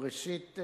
ראשית,